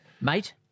Mate